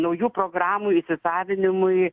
naujų programų įsisavinimui